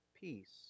peace